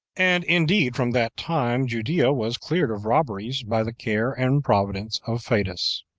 and indeed, from that time, judea was cleared of robberies by the care and providence of fadus.